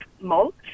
mulch